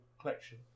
collection